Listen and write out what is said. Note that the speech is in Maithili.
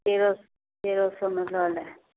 तेरह तेरह सओमे लऽ लेब